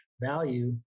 value